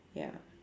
ya